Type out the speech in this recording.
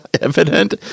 evident